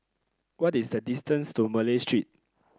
what is the distance to Malay Street